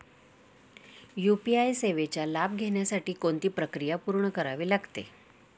UPI सेवेचा लाभ घेण्यासाठी कोणती प्रक्रिया पूर्ण करावी लागते?